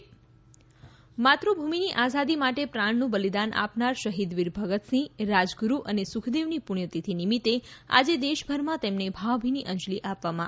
શહીદ દિવસ માતૃભૂમિની આઝાદી માટે પ્રાણનું બલિદાન આપનાર શહીદવીર ભગતસિંહ રાજગુરૂ અને સુખદેવની પુસ્થતિથી નિમિત્તે આજે દેશભરમાં તેમને ભાવભીની અંજલી આપવામાં આવી રહી છે